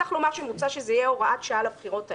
צריך לומר שמוצע שזה יהיה הוראת שעה לבחירות האלה.